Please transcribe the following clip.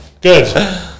Good